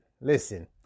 listen